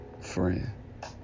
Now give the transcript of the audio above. friend